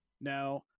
Now